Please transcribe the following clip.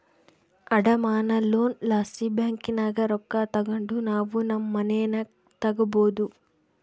ಅಡಮಾನ ಲೋನ್ ಲಾಸಿ ಬ್ಯಾಂಕಿನಾಗ ರೊಕ್ಕ ತಗಂಡು ನಾವು ನಮ್ ಮನೇನ ತಗಬೋದು